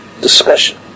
discussion